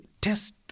test